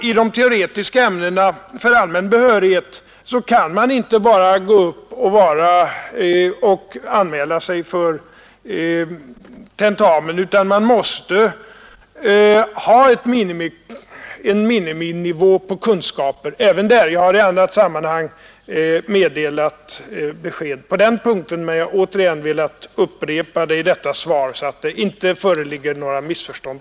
I de teoretiska ämnena för allmän behörighet kan man inte bara gå upp och anmäla sig för tentamen, utan man mäste ha en viss minimumnivå på kunskaper även där. Jag har i annat sammanhang lämnat besked på den punkten, men jag har velat upprepa det i detta svar för att det inte skall föreligga några missförstånd.